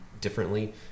Differently